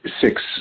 six